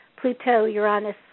Pluto-Uranus